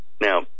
Now